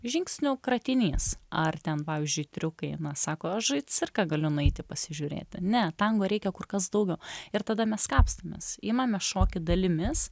žingsnių kratinys ar ten pavyzdžiui triukai na sako aš į cirką galiu nueiti pasižiūrėti ne tango reikia kur kas daugiau ir tada mes kapstomės imame šokį dalimis